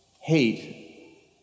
Hate